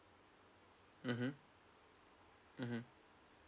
mmhmm mmhmm